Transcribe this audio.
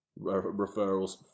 referrals